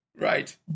Right